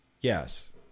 Yes